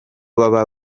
baba